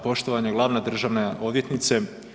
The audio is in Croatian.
Poštovana glavna državna odvjetnice.